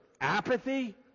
apathy